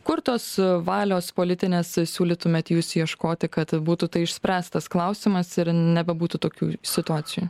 kur tos valios politinės siūlytumėt jūs ieškoti kad būtų išspręstas klausimas ir nebebūtų tokių situacijų